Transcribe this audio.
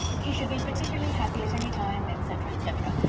he should be particularly happy at any time, etc. etc.